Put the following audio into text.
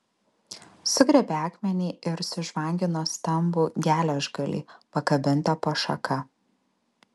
sugriebė akmenį ir sužvangino stambų geležgalį pakabintą po šaka